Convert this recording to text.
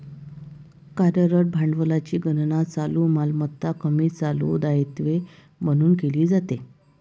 कार्यरत भांडवलाची गणना चालू मालमत्ता कमी चालू दायित्वे म्हणून केली जाते